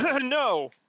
No